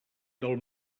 del